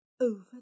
over